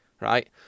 right